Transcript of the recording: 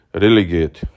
relegate